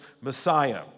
Messiah